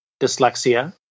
dyslexia